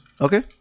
Okay